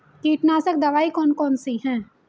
कीटनाशक दवाई कौन कौन सी हैं?